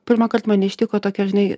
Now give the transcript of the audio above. pirmąkart mane ištiko tokia žinai